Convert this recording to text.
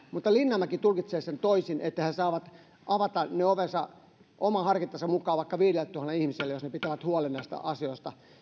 mutta linnanmäki tulkitsee toisin niin että he saavat avata ne ovensa oman harkintansa mukaan vaikka viidelletuhannelle ihmiselle jos he pitävät huolen näistä asioista